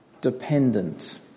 dependent